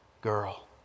girl